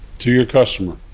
to your customer